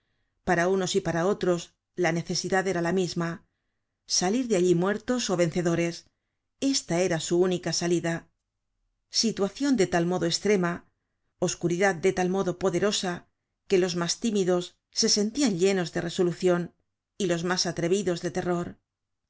para unos y para otros la necesidad era la misma salir de allí muertos ó vencedores esta era su única salida situacion de tal modo estrema oscuridad de tal modo poderosa que los mas tímidos se sentian llenos de resolucion y los mas atrevidos de terror